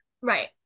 Right